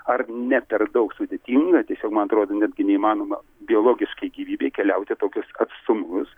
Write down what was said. ar ne per daug sudėtinga tiesiog man atrodo netgi neįmanoma biologiškai gyvybei keliauti tokius atstumus